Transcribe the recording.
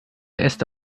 äste